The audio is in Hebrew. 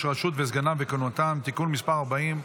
הרשות וסגניו וכהונתם) (תיקון מס' 40)